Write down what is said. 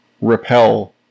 repel